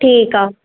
ठीकु आहे